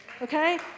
okay